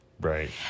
right